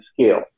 scale